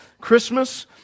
Christmas